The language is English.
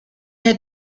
had